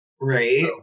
Right